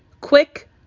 Quick